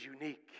unique